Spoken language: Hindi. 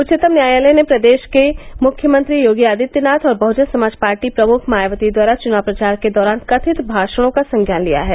उच्चतम न्यायालय ने प्रदेश के मुख्यमंत्री योगी आदित्यनाथ और बहजन समाज पार्टी प्रमुख मायावती द्वारा च्नाव प्रचार के दौरान कथित भाषणों का संज्ञान लिया है